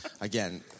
again